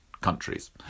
countries